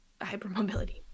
hypermobility